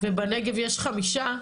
ובנגב יש חמישה,